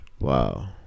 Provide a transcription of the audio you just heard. wow